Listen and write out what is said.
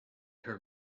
her